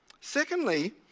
Secondly